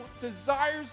desires